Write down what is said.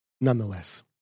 nonetheless